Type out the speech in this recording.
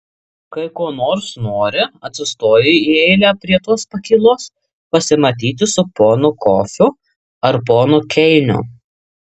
kai ko nors nori atsistoji į eilę prie tos pakylos pasimatyti su ponu kofiu ar ponu keiniu